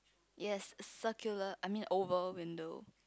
yes circular I mean oval window